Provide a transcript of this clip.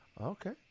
Okay